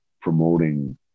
promoting